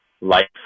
life